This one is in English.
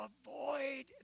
avoid